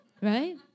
Right